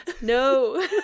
no